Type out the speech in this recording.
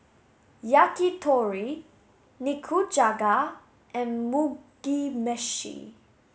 Yakitori Nikujaga and Mugi meshi